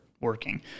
working